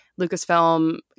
Lucasfilm